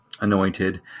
Anointed